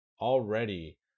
already